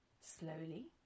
slowly